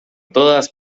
todas